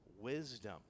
wisdom